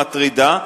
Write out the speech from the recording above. מטרידה,